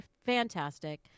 fantastic